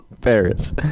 Paris